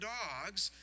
dogs